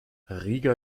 riga